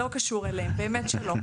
לא קשור למשרד, לא קשור אליהם באמת שלא.